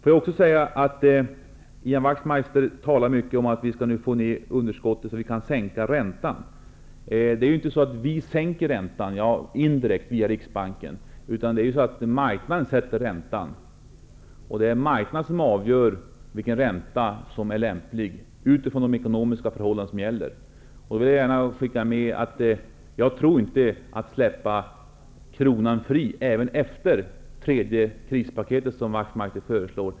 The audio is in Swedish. Ian Wachtmeister talade mycket om att vi nu måste försöka få ned budgetunderskottet för att räntan skall kunna sänkas. Visserligen sänker vi räntan indirekt via Riksbanken, men det är marknaden som sätter räntan och avgör vilken räntesats som är lämplig utifrån rådande ekonomiska förhållanden. Jag tror inte på att släppa kronan fri, inte ens efter det tredje krispaketet, som Ian Wachtmeister föreslår.